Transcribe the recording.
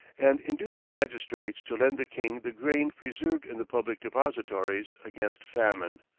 and induced the magistrates to lend the king the grain preserved in the public depositories against famine,